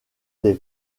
des